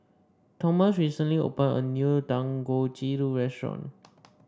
Thomas recently opened a new Dangojiru Restaurant